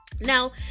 Now